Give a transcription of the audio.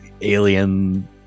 alien